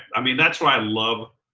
i mean, that's what i love.